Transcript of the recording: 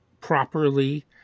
properly